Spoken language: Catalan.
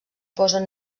posen